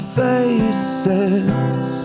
faces